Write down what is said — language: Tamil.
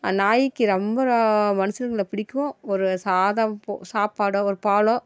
நாய்க்கு ரொம்ப ரொ மனுஷங்கள பிடிக்கும் ஒரு சாதம் போ சாப்பாடோ ஒரு பாலோ